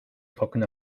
trockene